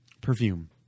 Perfume